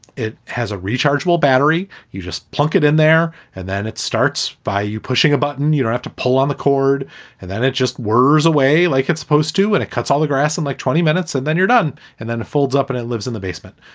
it has a rechargeable battery. you just plug it in there and then it starts by you pushing a button. you have to pull on the cord and then it just whirs away like it's supposed to and it cuts all the grass in like twenty minutes. and then you're done and then it folds up and it lives in the basement.